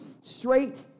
straight